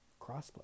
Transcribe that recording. Crossplay